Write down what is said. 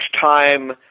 time